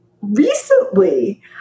recently